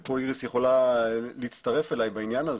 ופה איריס יכולה להצטרף אלי בעניין הזה,